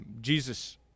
Jesus